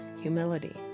humility